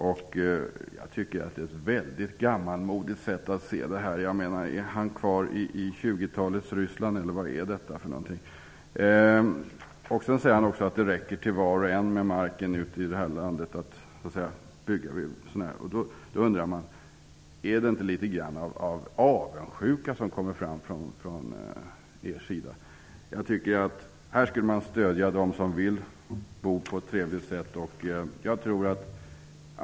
Jag tycker att det är ett mycket gammalmodigt sätt att se detta. Är han kvar i 20-talets Ryssland eller vad är detta? Sedan säger han också att marken i det här landet räcker till var och en. Är det inte litet grand av avundsjuka som kommer fram här? Jag tycker att vi skall stödja dem som vill bo på ett trevligt sätt.